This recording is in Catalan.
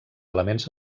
elements